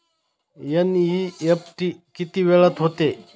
NEFT किती वेळात होते?